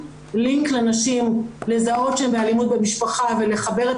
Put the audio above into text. לינק לנשים לזהות שהן באלימות במשפחה ולחבר את